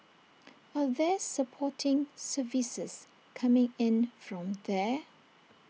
are there supporting services coming in from there